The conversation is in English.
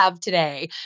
today